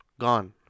gone